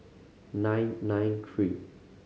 nine nine three